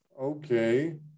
Okay